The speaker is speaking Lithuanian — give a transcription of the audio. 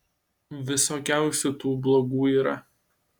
visokiausių tų blogų yra